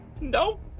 Nope